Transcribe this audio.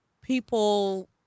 people